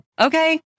okay